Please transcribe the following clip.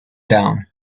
down